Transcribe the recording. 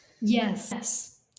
Yes